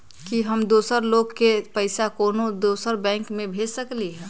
कि हम दोसर लोग के पइसा कोनो दोसर बैंक से भेज सकली ह?